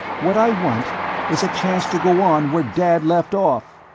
what i want is a chance to go on where dad left off!